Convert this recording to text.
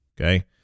Okay